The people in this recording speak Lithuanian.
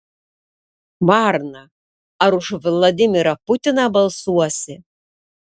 varna ar už vladimirą putiną balsuosi